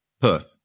Perth